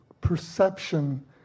perception